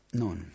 non